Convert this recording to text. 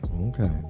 okay